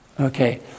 okay